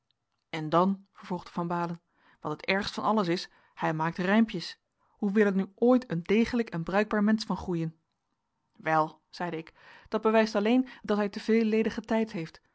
en dan vervolgde van baalen wat het ergst van alles is hij maakt rijmpjes hoe wil er nu ooit een degelijk en bruikbaar mensch van groeien wel zeide ik dat bewijst alleen dat hij te veel ledigen tijd heeft